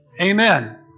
Amen